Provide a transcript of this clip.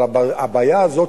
אבל הבעיה הזאת,